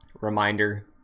reminder